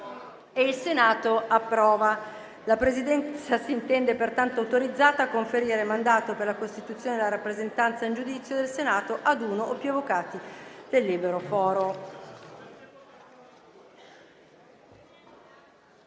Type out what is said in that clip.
**Il Senato approva.** La Presidenza si intende pertanto autorizzata a conferire mandato, per la costituzione e la rappresentanza in giudizio del Senato, ad uno o più avvocati del libero foro.